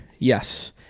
yes